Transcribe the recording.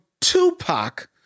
Tupac